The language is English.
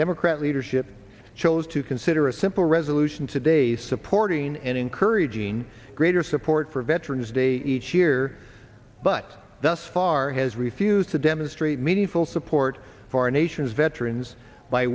democrat leadership chose to consider a simple resolution today supporting and encouraging greater support for veterans day each year but thus far has refused to demonstrate meaningful support for our nation's veterans by